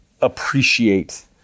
appreciate